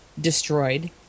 destroyed